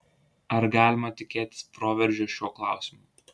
ar galima tikėtis proveržio šiuo klausimu